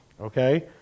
okay